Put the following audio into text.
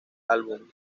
álbum